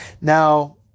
Now